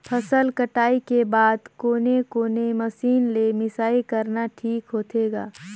फसल कटाई के बाद कोने कोने मशीन ले मिसाई करना ठीक होथे ग?